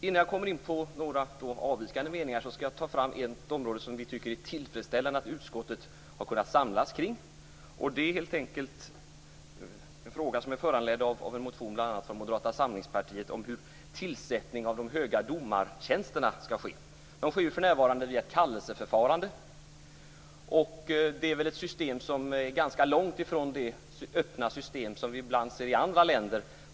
Innan jag kommer in på våra avvikande meningar vill jag ta upp ett område som utskottet kunnat samlas kring, vilket är tillfredsställande. Frågan är föranledd av en motion från bl.a. Moderata samlingspartiet och handlar om hur tillsättningen av de höga domartjänsterna skall ske. De sker ju för närvarande via kallelseförfarande. Det systemet ligger ganska långt från det öppna system vi ibland kan se i andra länder.